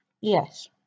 Yes